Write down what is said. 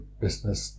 business